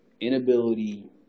inability